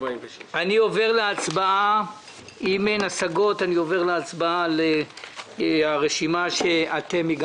אם אין השגות אני עובר להצבעה על הרשימה שאתם,